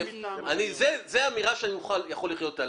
זאת אמירה שאני יכול לחיות איתה.